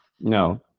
No